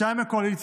שניים מהקואליציה,